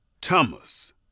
Thomas